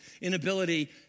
inability